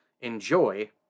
enjoy